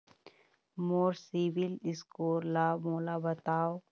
मोर CIBIL score ला मोला बताव?